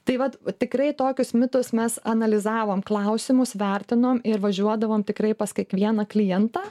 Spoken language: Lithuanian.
tai vat tikrai tokius mitus mes analizavom klausimus vertinom ir važiuodavom tikrai pas kiekvieną klientą